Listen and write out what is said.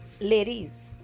Ladies